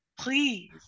Please